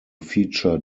feature